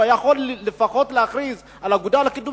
הוא יכול היה לפחות להכריז על האגודה לקידום